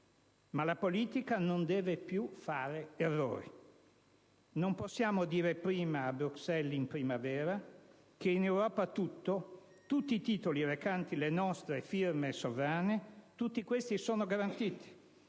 ma la politica non deve più fare errori. Non possiamo dire prima, a Bruxelles in primavera, che in Europa tutto, tutti i titoli recanti le nostre firme sovrane, sono garantiti,